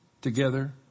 together